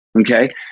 Okay